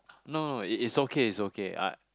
no no it is okay is okay I